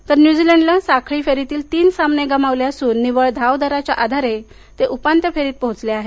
तर न्यूझीलंडनं साखळी फेरीतील तीन सामने गमावले असून निव्वळ धावदराच्या आधारे ते उपांत्य फेरीत पोहोचले आहेत